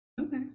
Okay